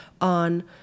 on